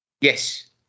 Yes